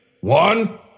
One